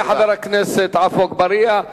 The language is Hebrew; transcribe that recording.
תודה לחבר הכנסת עפו אגבאריה.